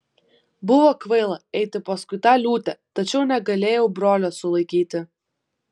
buvo kvaila eiti paskui tą liūtę tačiau negalėjau brolio sulaikyti